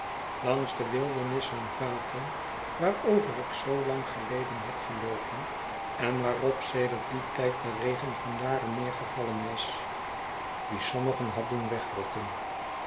langs de wildernis van vaten waarover ik zoo lang geleden had geloopen en waarop sedert dien tijd de regen van jaren neergevallen was die sommige had doen wegrotten